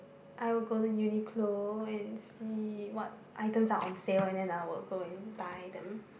I will go to Uniqlo and see what item are on sales and I will go and buy them